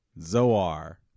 zoar